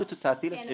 כן,